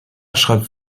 schreibt